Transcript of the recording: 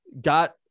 got